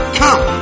come